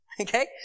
Okay